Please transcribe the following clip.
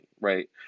Right